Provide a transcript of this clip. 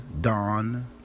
dawn